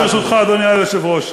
ברשותך, אדוני היושב-ראש,